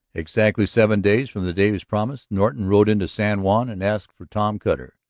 exactly seven days from the day of his promise norton rode into san juan and asked for tom cutter.